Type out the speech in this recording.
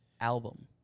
album